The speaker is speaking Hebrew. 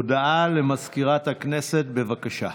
הודעה למזכירת הכנסת, בבקשה.